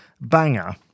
banger